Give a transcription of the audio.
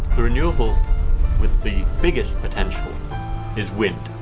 the renewable with the biggest potential is wind.